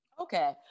Okay